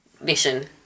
mission